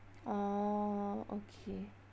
orh okay